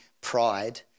pride